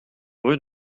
rue